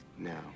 Now